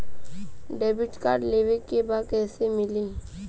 Debit card लेवे के बा कईसे मिली?